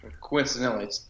Coincidentally